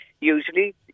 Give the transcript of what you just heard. usually